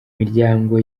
imiryango